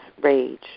rage